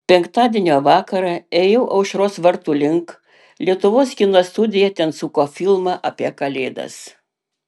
penktadienio vakarą ėjau aušros vartų link lietuvos kino studija ten suko filmą apie kalėdas